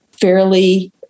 fairly